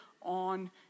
on